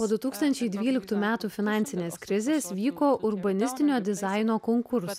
nuo du tūkstančiai dvyliktų metų finansinės krizės vyko urbanistinio dizaino konkursas